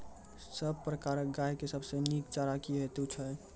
सब प्रकारक गाय के सबसे नीक चारा की हेतु छै?